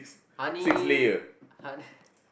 honey hon~